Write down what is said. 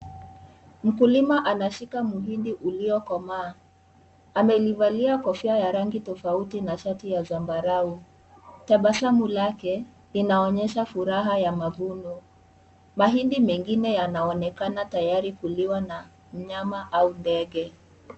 Mkulima anashika muhindi uliokomaa , amevalia kofia ya rangi tofauti na shati ya zambarau tabasasmu lake linaonyesha furaha ya mavuno mahindi mengine yanaonekanna tayari kuliwa na mnyama au ndege.